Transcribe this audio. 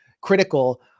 critical